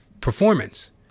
Performance